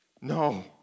No